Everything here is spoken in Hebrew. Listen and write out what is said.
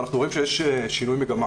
אנחנו רואים שיש שינוי מגמה